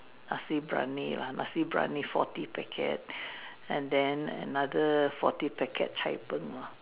nasi-biryani lah nasi-biryani forty packet and then another forty packet cai-png lor